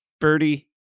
birdie